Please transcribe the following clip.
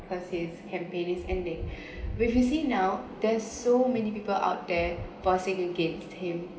per se campaign is ending we if see now there's so many people out there bossing against him